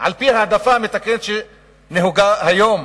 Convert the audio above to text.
על-פי ההעדפה המתקנת שנהוגה היום.